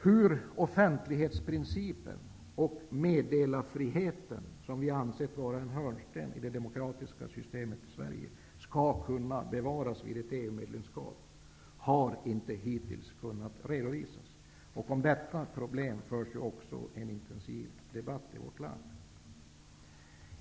Hur offentlighetsprincipen och meddelarfriheten, som vi har ansett vara en hörnsten i det demokratiska systemet i Sverige, skall kunna bevaras vid ett EU-medlemskap har hittills inte kunnat redovisas. Om detta problem förs också en intensiv debatt i vårt land.